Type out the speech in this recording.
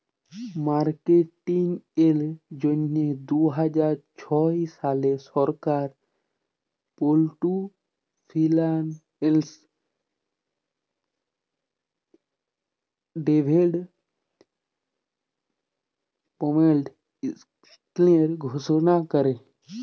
মার্কেটিংয়ের জ্যনহে দু হাজার ছ সালে সরকার পুল্ড ফিল্যাল্স ডেভেলপমেল্ট ইস্কিম ঘষলা ক্যরে